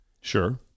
Sure